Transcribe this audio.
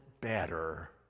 better